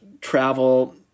travel